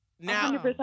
Now